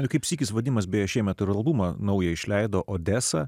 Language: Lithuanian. ar kaip sykis vadimas beje šiemet albumą naujai išleido odesą